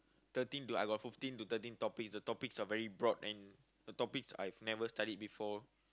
thirteen I got fifteen to thirteen topics the topics are very broad and the topics I have never studied before